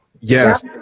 Yes